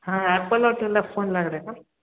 हां ॲप्पल हॉटेलला फोन लागला आहे का